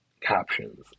captions